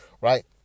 right